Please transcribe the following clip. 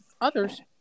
Others